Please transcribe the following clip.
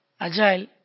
Agile